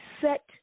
set